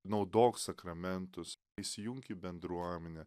naudok sakramentus įsijunk į bendruomenę